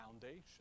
foundation